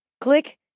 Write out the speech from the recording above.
Click